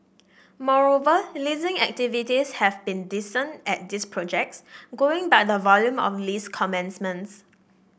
moreover leasing activity has been decent at these projects going by the volume of lease commencements